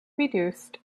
reduced